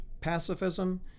pacifism